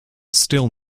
still